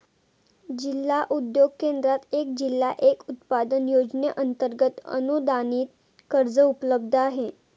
जिल्हा उद्योग केंद्रात एक जिल्हा एक उत्पादन योजनेअंतर्गत अनुदानित कर्ज उपलब्ध आहे